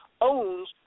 owns